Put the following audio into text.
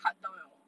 cut down liao lor